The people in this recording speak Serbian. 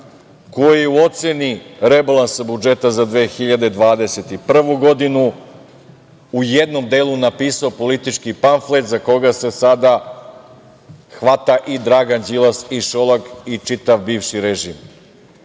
koji je u oceni rebalansa budžeta za 2021. godinu u jednom delu napisao politički pamflet za koga se sada hvataju i Dragan Đilas i Šolak i čitav bivši režim.